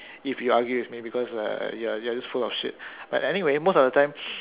if you argue with me because uh you're you're just full of shit but anyway most of the time